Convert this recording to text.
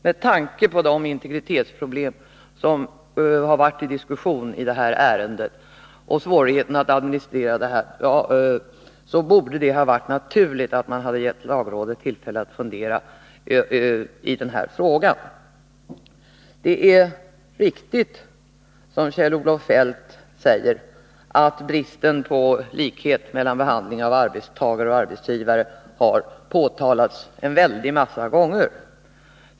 Med tanke på de integritetsproblem som varit uppe till diskussion i detta ärende och svårigheterna att administrera det här, borde det ha varit naturligt att ge lagrådet tillfälle att fundera i den här frågan. Det är riktigt, som Kjell-Olof Feldt säger, att bristen på likformighet i behandlingen av arbetstagare å ena sidan och arbetsgivare å den andra har påtalats väldigt många gånger.